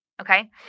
okay